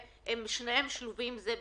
הם שניהם שלובים זה בזה.